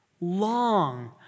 long